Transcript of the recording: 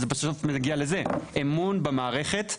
אמון במערכת?